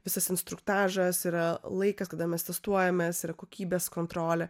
visas instruktažas yra laikas kada mes testuojamės yra kokybės kontrolė